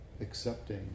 accepting